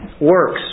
works